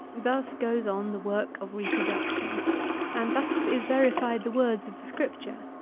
thus goes on the work of reproduction and thus is verified the words of the scripture,